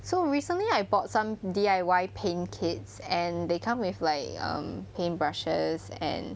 so recently I bought some D_I_Y paint kits and they come with like um paint brushes and